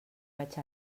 vaig